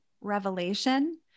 revelation